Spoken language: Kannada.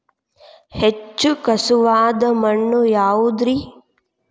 ಹೆಚ್ಚು ಖಸುವಾದ ಮಣ್ಣು ಯಾವುದು ರಿ?